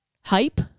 hype